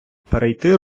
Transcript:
перейти